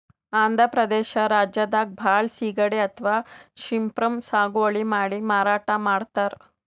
ಆಂಧ್ರ ಪ್ರದೇಶ್ ರಾಜ್ಯದಾಗ್ ಭಾಳ್ ಸಿಗಡಿ ಅಥವಾ ಶ್ರೀಮ್ಪ್ ಸಾಗುವಳಿ ಮಾಡಿ ಮಾರಾಟ್ ಮಾಡ್ತರ್